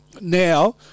now